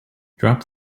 drop